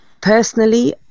Personally